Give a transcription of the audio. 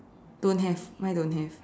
don't have mine don't have